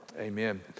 Amen